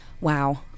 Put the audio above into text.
Wow